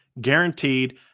guaranteed